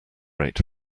rate